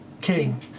King